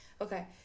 Okay